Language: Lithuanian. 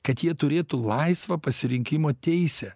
kad jie turėtų laisvą pasirinkimo teisę